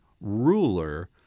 ruler